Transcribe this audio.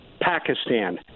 Pakistan